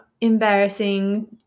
embarrassing